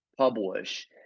publish